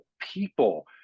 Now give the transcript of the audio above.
people